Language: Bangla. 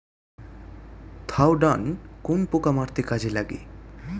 থাওডান কোন পোকা মারতে কাজে লাগে?